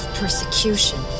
persecution